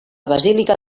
basílica